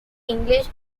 english